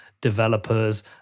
developers